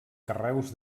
carreus